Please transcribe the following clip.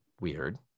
weird